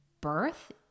birth